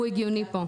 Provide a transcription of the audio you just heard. הוא הגיוני פה.